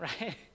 Right